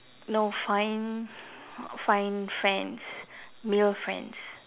no find find friends new friends